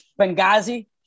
Benghazi